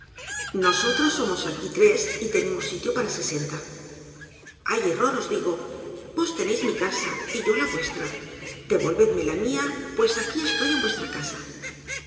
nosotros somos aquí tres y tenemos sitio para sesenta hay error os digo vos teneis mi casa y yo la vuestra devolveosme la mia pues aquí estoy en vuestra casa